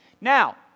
Now